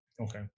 Okay